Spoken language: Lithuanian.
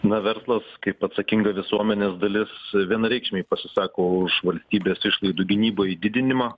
na verslas kaip atsakinga visuomenės dalis vienareikšmiai pasisako už valstybės išlaidų gynybai didinimą